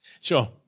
sure